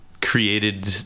created